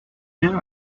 there